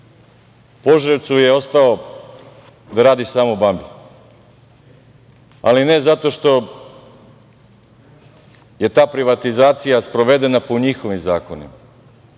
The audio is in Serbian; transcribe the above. Požarevcu je ostao da radi samo „Bambi“, ali ne zato što je ta privatizacija sprovedena po njihovim zakonima,